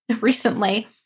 recently